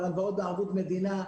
על הלוואות בערבות מדינה,